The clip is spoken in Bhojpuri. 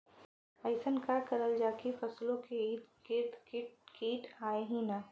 अइसन का करल जाकि फसलों के ईद गिर्द कीट आएं ही न?